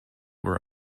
were